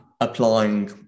applying